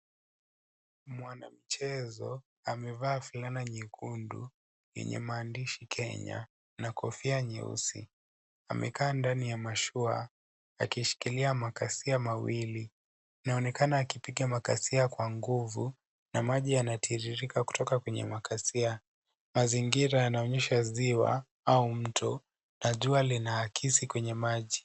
Mwanamichezo amevaa fulana nyekundu yenye maandishi Kenya na kofia nyeusi. Amekaa ndani ya mashua akishikilia makasia mawili. Inaonekana akipiga makasia kwa nguvu na maji yanatiririka kutoka kwenye makasia. Mazingira yanaonyesha ziwa au mto na jua linaakisi kwenye maji.